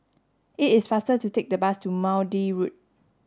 it is faster to take the bus to Maude Road